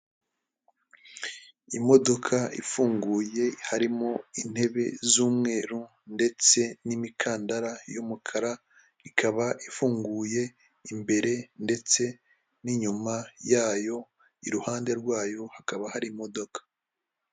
Imodoka ifunguye harimo intebe z'umweru ndetse n'imikandara y'umukara, ikaba ifunguye imbere ndetse n'inyuma yayo, iruhande rwayo hakaba hari imodoka.